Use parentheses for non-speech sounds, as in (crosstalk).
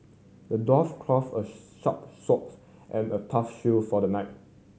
the dwarf crafted a (unintelligible) sharp sword and a tough shield for the knight